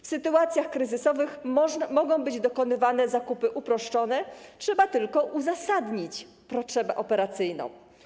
W sytuacjach kryzysowych mogą być dokonywane zakupy uproszczone, trzeba tylko uzasadnić potrzebę operacyjną.